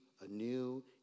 anew